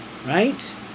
Right